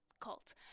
cult